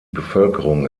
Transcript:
bevölkerung